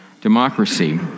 democracy